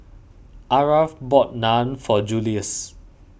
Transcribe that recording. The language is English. Aarav bought Naan for Juluis